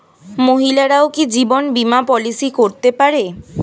মহিলারাও কি জীবন বীমা পলিসি করতে পারে?